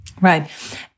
Right